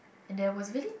and there was really